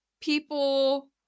people